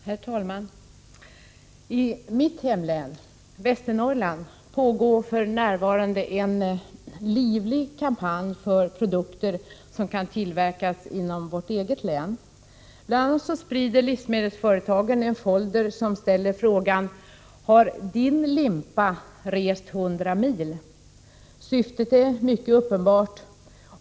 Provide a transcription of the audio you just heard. Herr talman! I mitt hemlän, Västernorrlands län, pågår f.n. en livlig kampanj för produkter som kan tillverkas inom vårt eget län. Bl. a. sprider livsmedelsföretagen en folder som ställer frågan: ”Har Din limpa rest 100 mil?” Syftet är mycket uppenbart.